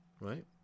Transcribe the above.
Right